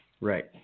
Right